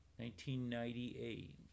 1998